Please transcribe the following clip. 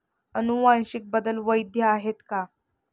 अनुवांशिक बदल वैध आहेत का?